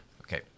okay